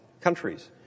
countries